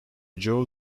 joe